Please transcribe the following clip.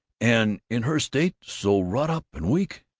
and in her state, so wrought-up and weak